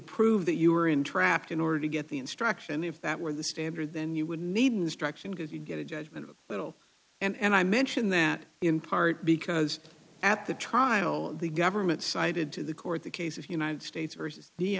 prove that you were entrapped in order to get the instruction and if that were the standard then you would need an instruction because you get a judgement a little and i mention that in part because at the trial the government cited to the court the case of united states versus the